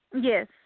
Yes